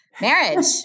marriage